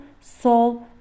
solve